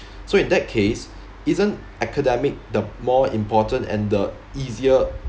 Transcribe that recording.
so in that case isn't academic the more important and the easier